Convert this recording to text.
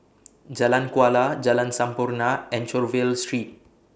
Jalan Kuala Jalan Sampurna and Anchorvale Street